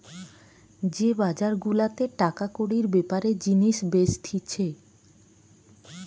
যে বাজার গুলাতে টাকা কড়ির বেপারে জিনিস বেচতিছে